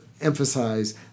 emphasize